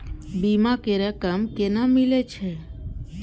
बीमा के रकम केना मिले छै?